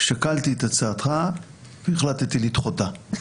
שקלתי את הצעתך, החלטתי לדחותה.